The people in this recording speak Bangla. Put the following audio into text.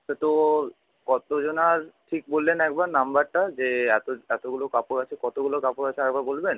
তা তো কতজনার ঠিক বললেন একবার নাম্বারটা যে এত এতগুলো কাপড় আছে কতগুলো কাপড় আছে আরেকবার বলবেন